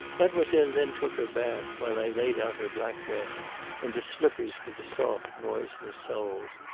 mademoiselle then took her bath while i laid out her black dress and the slippers with the soft, noiseless soles.